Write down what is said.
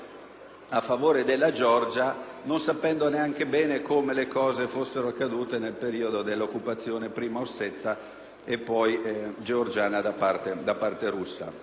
a favore della Georgia, non sapendo neanche bene cosa fosse accaduto nel periodo dell'occupazione prima osseta e poi georgiana da parte russa.